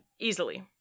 Easily